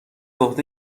عهده